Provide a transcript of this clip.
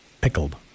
pickled